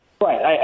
Right